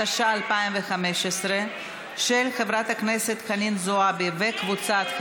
התשע"ה 2015. ההצעה להעביר לוועדה את הצעת חוק מימון מפלגות (תיקון,